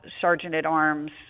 Sergeant-at-Arms